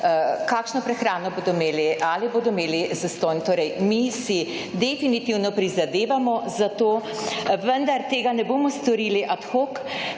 kakšno prehrano bodo imeli, ali bodo imeli zastonj. Torej mi si definitivno prizadevamo za to, vendar tega ne bomo storili ad hoc,